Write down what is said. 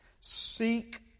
Seek